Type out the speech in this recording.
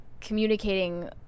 communicating